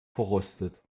verrostet